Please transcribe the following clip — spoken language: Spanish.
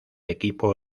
equipo